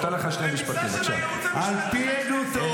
על פי עדותו של האלוף אבי גיל --- איך אתה מאפשר כזה דבר?